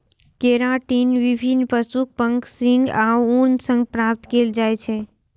keratin विभिन्न पशुक पंख, सींग आ ऊन सं प्राप्त कैल जाइ छै